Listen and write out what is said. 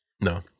no